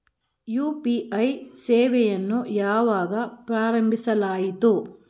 UPI ಸೇವೆಯನ್ನು ಯಾವಾಗ ಪ್ರಾರಂಭಿಸಲಾಯಿತು?